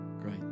Great